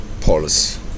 Poles